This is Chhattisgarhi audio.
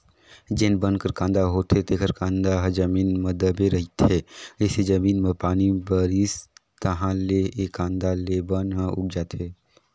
जेन बन कर कांदा होथे तेखर कांदा ह जमीन म दबे रहिथे, जइसे जमीन म पानी परिस ताहाँले ले कांदा ले बन ह उग जाथे